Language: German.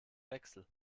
wechsel